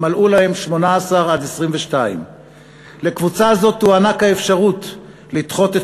מלאו להם 18 22. לקבוצה הזאת תוענק האפשרות לדחות את